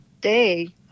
Day